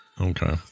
Okay